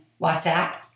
WhatsApp